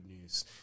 news